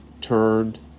turned